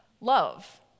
love